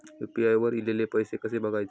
UPI वर ईलेले पैसे कसे बघायचे?